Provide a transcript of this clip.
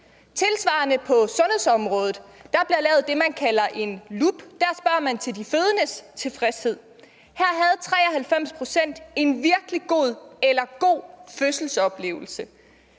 bliver der på sundhedsområdet lavet det, man kalder en LUP, hvor man spørger til de fødendes tilfredshed, og her havde 93 pct. en virkelig god eller god fødselsoplevelse.